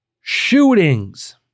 shootings